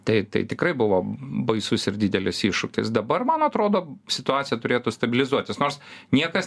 tai tikrai buvo baisus ir didelis iššūkis dabar man atrodo situacija turėtų stabilizuotis nors niekas